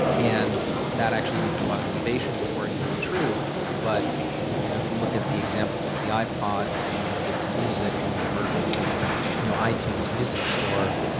and that actually needs a lot of innovation before it can be true. but you know if you look at the example of the ipod and what it did to music and the emergence of you know itunes music store,